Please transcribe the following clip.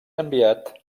enviat